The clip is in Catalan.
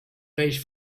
peix